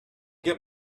get